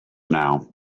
now